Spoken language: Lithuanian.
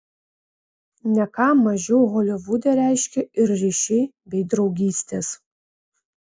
ne ką mažiau holivude reiškia ir ryšiai bei draugystės